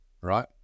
right